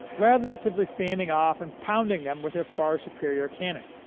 rather than simply standing off and pounding them with their far-superior cannon.